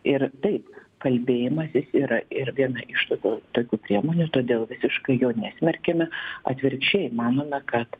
ir taip kalbėjimasis yra ir viena iš tokios tokių priemonių todėl visiškai jo nesmerkiame atvirkščiai manome kad